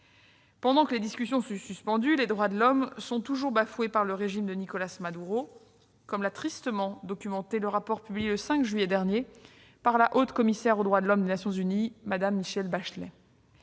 Pendant que les discussions sont suspendues, les droits de l'homme sont toujours bafoués par le régime de Nicolás Maduro, comme l'a tristement documenté le rapport publié le 5 juillet dernier par la haut-commissaire aux droits de l'homme des Nations unies, Mme Michelle Bachelet.